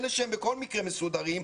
אלה שהם בכל מקרה מסודרים,